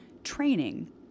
Training